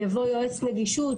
יבוא יועץ נגישות,